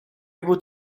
able